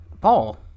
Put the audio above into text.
Paul